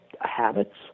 habits